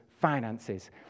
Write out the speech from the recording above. finances